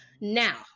Now